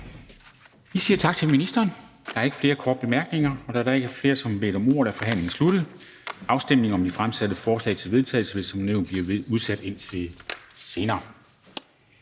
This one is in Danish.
Vi siger tak til ministeren. Der er ikke flere korte bemærkninger. Da der ikke er flere, som har bedt om ordet, er forhandlingen sluttet. Afstemning om de fremsatte forslag til vedtagelse vil som nævnt blive udsat til senere.